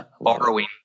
borrowing